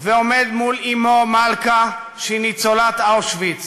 ועומד מול אמו מלכה, שהיא ניצולת אושוויץ,